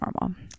normal